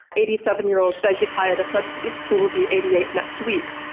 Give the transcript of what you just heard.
eighty seven year old beji caid essebsi, who will be eighty eight next week,